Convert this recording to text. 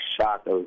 shocked